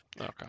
Okay